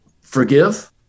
forgive